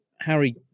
Harry